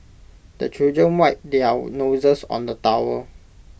the children wipe their noses on the towel